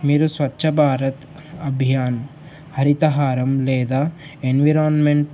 మీరు స్వచ్ఛ భారత్ అభయాన్ హరితహారం లేదా ఎన్విరాన్మెంట్